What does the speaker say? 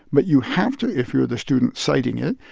but you have to, if you're the student citing it,